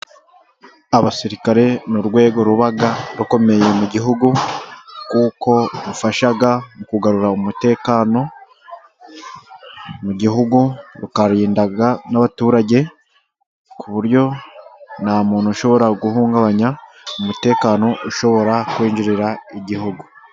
Abasirikare ni urwego ruba rukomeye mu gihugu kuko rufasha mu kugarura umutekano mu gihugu, rukarinda n'abaturage ku buryo nta muntu ushobora guhungabanya umutekano, ushobora kwinjirira igihugu.